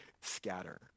scatter